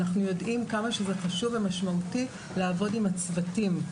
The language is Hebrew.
אנחנו יודעים כמה שזה חשוב ומשמעותי לעבוד עם הצוותים.